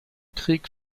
krieg